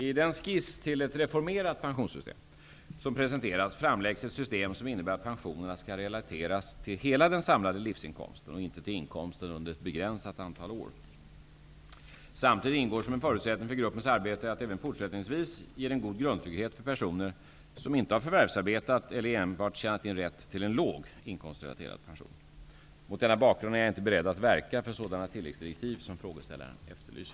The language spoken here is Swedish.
I den skiss till ett reformerat pensionssystem som presenterats framläggs ett system som innebär att pensionerna skall relateras till hela den samlade livsinkomsten och inte till inkomsten under ett begränsat antal år. Samtidigt ingår som en förutsättning för gruppens arbete att det även fortsättningsvis ger en god grundtrygghet för personer som inte har förvärvsarbetat eller enbart tjänat in rätt till en låg inkomstrelaterad pension. Mot denna bakgrund är jag inte beredd att verka för sådana tilläggsdirektiv som frågeställaren efterlyser.